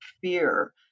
Fear